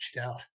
out